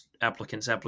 applicant's